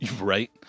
Right